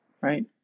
right